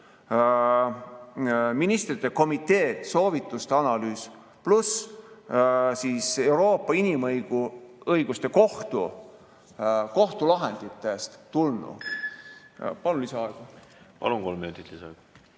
Ministrite Komitee soovituste analüüs pluss on see Euroopa Inimõiguste Kohtu kohtulahenditest tulnud. Palun lisaaega. Palun! Kolm minutit lisaaega.